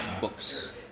books